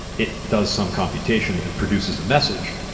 it does some computation and produces a message.